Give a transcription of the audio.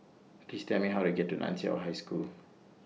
Please Tell Me How to get to NAN Chiau High School